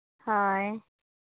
ᱦᱳᱭ